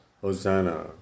Hosanna